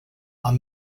are